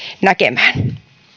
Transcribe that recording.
näkemään